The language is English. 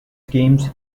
schemes